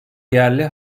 yerli